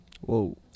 Whoa